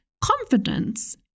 confidence